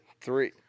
three